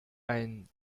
ein